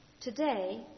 Today